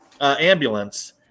Ambulance